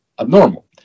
abnormal